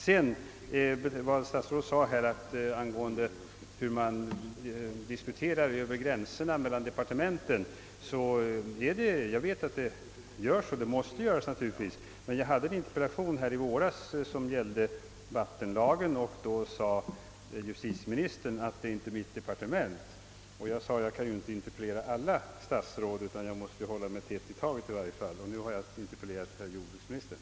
Beträffande vad statsrådet sedan sade angående hur man diskuterar över gränserna mellan departementen så vet jag att det görs och att det naturligtvis måste göras. Men jag hade i våras en interpellation som gällde vattenlagen, och då sade justitieministern att det vore inte hans departement, Jag sade då, att jag kan ju inte interpellera alla statsråd, utan jag måste hålla mig till ett i taget i varje fall. Och nu har jag interpellerat herr jordbruksministern.